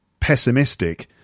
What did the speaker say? Pessimistic